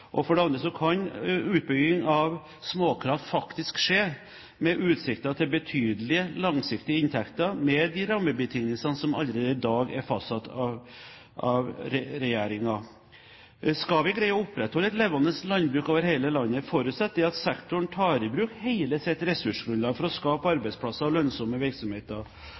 og for det andre kan utbygging av småkraft faktisk skje med utsikter til betydelige, langsiktige inntekter med de rammebetingelsene som allerede i dag er fastsatt av regjeringen. Skal vi greie å opprettholde et levende landbruk over hele landet, forutsetter det at sektoren tar i bruk hele sitt ressursgrunnlag for å skape arbeidsplasser og lønnsomme virksomheter.